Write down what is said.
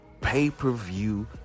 pay-per-view